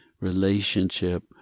relationship